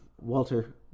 Walter